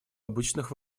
обычных